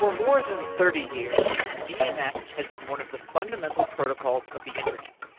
more than thirty years, dns has been one of the fundamental protocols of the internet.